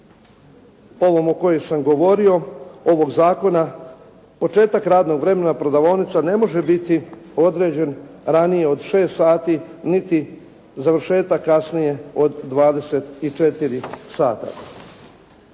ovom o kojoj sam govorio ovog zakona početak radnog vremena prodavaonice ne može biti određen ranije od 6 sati, niti završetak kasnije od 24 sata.